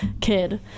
kid